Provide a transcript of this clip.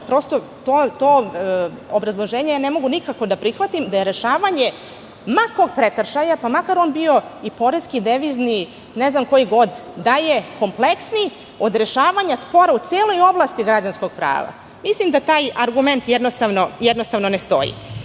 Prosto, to obrazloženje ne mogu nikako da prihvatim, da je rešavanje ma kog prekršaja, pa makar on bio i poreski i devizni i koji god, da je kompleksniji od rešavanja spora u celoj oblasti građanskog prava. Mislim da taj argument jednostavno ne stoji. Sa